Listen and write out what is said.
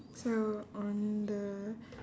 so on the